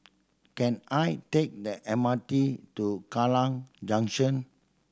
can I take the M R T to Kallang Junction